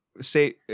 say